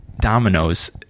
dominoes